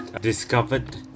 discovered